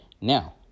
Now